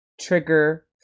trigger